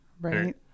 Right